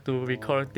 oh